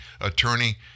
attorney